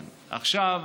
עכשיו,